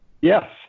yes